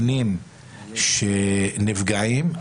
לקטינים שנפגעים לפי החוק הקיים,